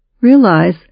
Realize